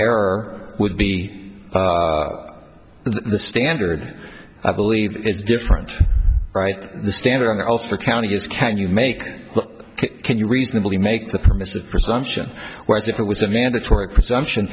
error would be the standard i believe it's different right the standard on the ulster county is can you make can you reasonably make the permissive presumption whereas if it was a mandatory presumption